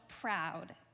proud